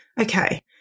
Okay